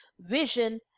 vision